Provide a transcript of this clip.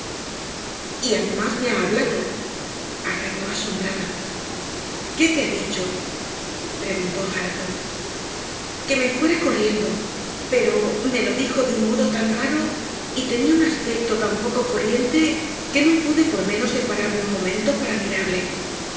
además me ha hablado agregó asombrada qué te ha dicho preguntó hareton que me fuera corriendo pero me lo dijo de un modo tan raro y tenía un aspecto tan poco corriente que no pude por menos de pararme un momento para mirarle